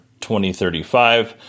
2035